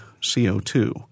CO2